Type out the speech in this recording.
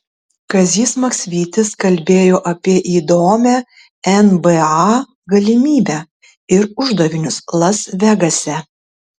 kazys maksvytis kalbėjo apie įdomią nba galimybę ir uždavinius las vegase